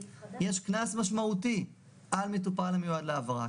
יש קנס משמעותי על מטופל המיועד להעברה,